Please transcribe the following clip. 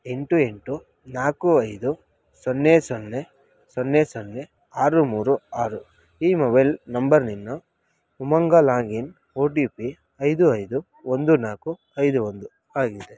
ಎಂಟು ಎಂಟು ನಾಲ್ಕು ಐದು ಸೊನ್ನೆ ಸೊನ್ನೆ ಸೊನ್ನೆ ಸೊನ್ನೆ ಆರು ಮೂರು ಆರು ಈ ಮೊಬೈಲ್ ನಂಬರ್ನಿನ್ನು Umang login O T P ಐದು ಐದು ಒಂದು ನಾಲ್ಕು ಐದು ಒಂದು ಆಗಿದೆ